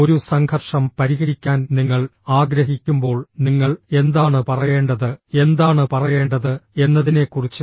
ഒരു സംഘർഷം പരിഹരിക്കാൻ നിങ്ങൾ ആഗ്രഹിക്കുമ്പോൾ നിങ്ങൾ എന്താണ് പറയേണ്ടത് എന്താണ് പറയേണ്ടത് എന്നതിനെക്കുറിച്ച്